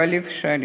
אבל אפשרי,